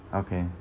okay